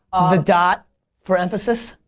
the dot for emphasis?